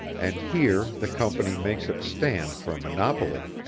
and here the company makes its stand for a monopoly.